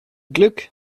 glück